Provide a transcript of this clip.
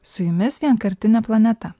su jumis vienkartinė planeta